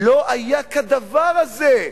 לא היה כדבר הזה.